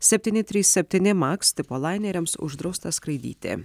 septyni trys septyni maks tipo laineriams uždrausta skraidyti